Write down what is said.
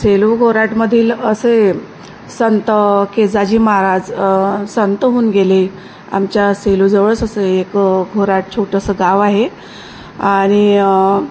Cello घोराटमधील असे संत केजाजी महाराज संत होऊन गेले आमच्या सेलोजवळच असे एक घोराट छोटंसं गाव आहे आणि